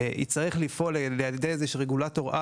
ויצטרך להיות מופעל על ידי איזה שהוא רגולטור-על